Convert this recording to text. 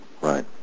right